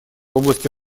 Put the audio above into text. области